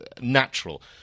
natural